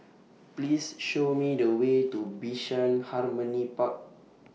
Please Show Me The Way to Bishan Harmony Park